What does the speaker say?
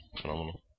Phenomenal